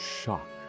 shock